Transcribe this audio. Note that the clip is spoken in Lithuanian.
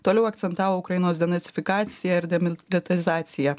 toliau akcentavo ukrainos denacifikaciją ir demilitarizaciją